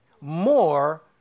more